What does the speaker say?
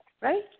right